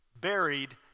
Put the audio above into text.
buried